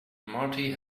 marty